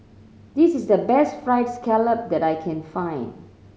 this is the best Fried Scallop that I can find